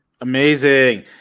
Amazing